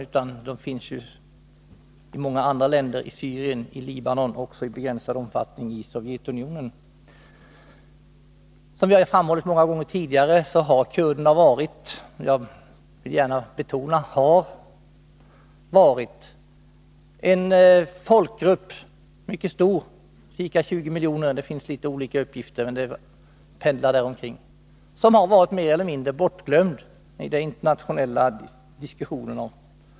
Kurderna finns i många andra länder: i Syrien, i Libanon och i begränsad omfattning också i Sovjetunionen. Som vi har framhållit många gånger tidigare är kurderna en mycket stor folkgrupp på ca 20 miljoner — det finns litet olika uppgifter, men det pendlar däromkring —som har varit — jag vill gärna betona har varit — mer eller mindre bortglömd i de internationella diskussionerna.